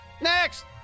Next